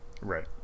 Right